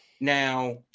Now